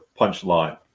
punchline